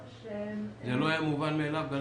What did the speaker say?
זה לא היה מובן מאליו?